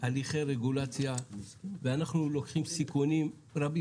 הליכי רגולציה ואנחנו לוקחים סיכונים רבים.